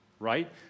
right